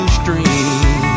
stream